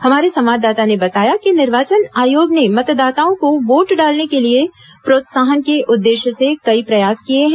हमारे संवाददाता ने बताया कि निर्वाचन आयोग ने मतदाताओं को वोट डालने के लिए प्रोत्साहन के उद्देश्य से कई प्रयास किए हैं